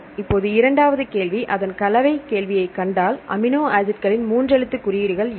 இப்போது இரண்டாவது கேள்வி அதன் கலவை கேள்வியைக் கண்டால் அமினோ ஆசிட்களின் மூன்று எழுத்து குறியீடுகள் என்ன